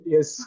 Yes